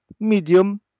medium